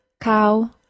cow